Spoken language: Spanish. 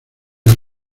las